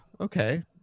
okay